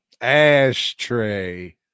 Ashtray